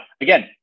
again